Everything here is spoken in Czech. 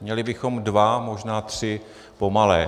Měli bychom dva, možná tři, pomalé.